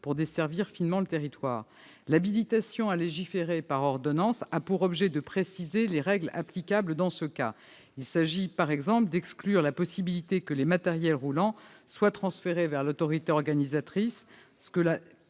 de desservir ainsi finement le territoire. L'habilitation à légiférer par ordonnance a pour objet de préciser les règles applicables dans ce cas. Il s'agit par exemple d'exclure la possibilité que les matériels roulants soient transférés vers l'autorité organisatrice, ce que la